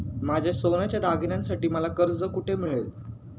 माझ्या सोन्याच्या दागिन्यांसाठी मला कर्ज कुठे मिळेल?